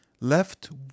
left